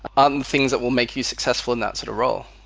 um things that will make you successful in that sort of role.